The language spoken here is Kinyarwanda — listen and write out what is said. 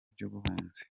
by’ubuhunzi